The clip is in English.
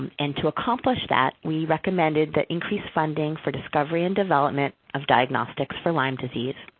and to accomplish that, we recommended the increased funding for discovery and development of diagnostics for lyme disease.